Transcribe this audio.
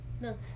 No